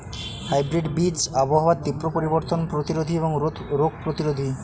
hybrid বীজ আবহাওয়ার তীব্র পরিবর্তন প্রতিরোধী এবং রোগ প্রতিরোধী